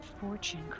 Fortune